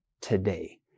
today